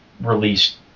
released